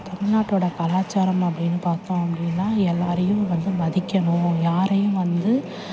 தமிழ்நாட்டோட கலாச்சாரம் அப்படின்னு பார்த்தோம் அப்படின்னா எல்லாேரையும் வந்து மதிக்கணும் யாரையும் வந்து